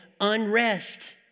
unrest